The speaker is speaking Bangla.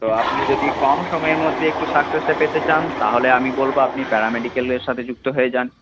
তো আপনি যদি কম সময়ের মধ্যে একটু সাকসেসটা পেতে চান তাহলে আমি বলবো আপনি প্যারামেডিকেলের সাথে যুক্ত হয়ে যান